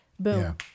Boom